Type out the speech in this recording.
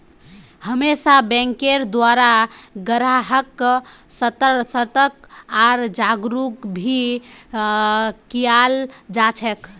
हमेशा बैंकेर द्वारा ग्राहक्क सतर्क आर जागरूक भी कियाल जा छे